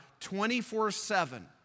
24-7